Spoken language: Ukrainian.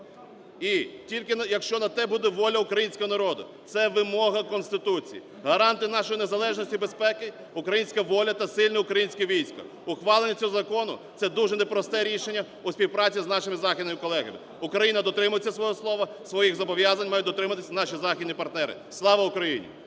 І тільки, якщо на те буде воля українського народу. Це вимога Конституції. Гаранти нашої незалежності і безпеки – українська воля та сильне українське військо. Ухвалення цього закону – це дуже непросте рішення у співпраці з нашими західними колегами. Україна дотримується свого слова, своїх зобов'язань мають дотриматись наші західні партнери. Слава Україні!